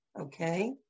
Okay